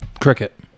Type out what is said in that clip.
cricket